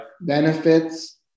benefits